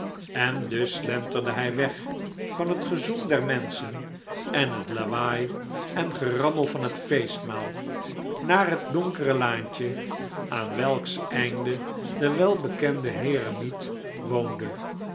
en dus slenterde hij weg van het gezoem der inenschen en het lawaai en gerammel van het feestmaal naar het donkere laantje aan welks einde de welbekende heremiet woonde